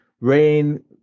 rain